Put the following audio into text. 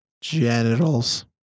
Genitals